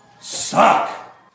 suck